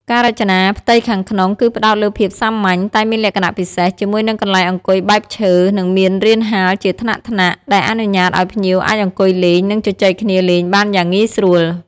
ការរចនាផ្ទៃខាងក្នុងគឺផ្តោតលើភាពសាមញ្ញតែមានលក្ខណៈពិសេស ជាមួយនឹងកន្លែងអង្គុយបែបឈើ និងមានរានហាលជាថ្នាក់ៗ ដែលអនុញ្ញាតឱ្យភ្ញៀវអាចអង្គុយលេង និងជជែកគ្នាលេងបានយ៉ាងងាយស្រួល ។